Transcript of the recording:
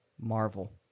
Marvel